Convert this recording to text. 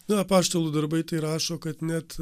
na apaštalų darbai tai rašo kad net